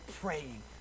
praying